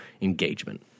engagement